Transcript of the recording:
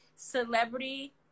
celebrity